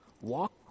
Walk